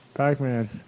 Pac-Man